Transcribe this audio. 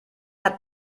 hat